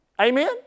Amen